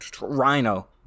Rhino